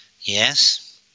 yes